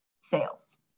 sales